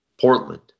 portland